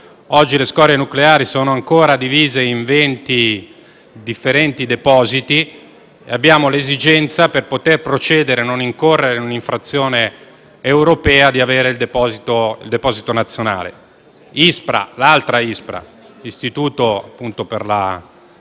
Oggi le scorie nucleari sono ancora divise in 20 differenti depositi e abbiamo l'esigenza, per poter procedere e non incorrere in una procedura di infrazione europea, di un deposito nazionale. L'altra Ispra, l'Istituto per la